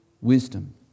Wisdom